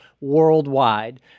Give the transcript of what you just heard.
worldwide